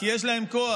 כי יש להם כוח.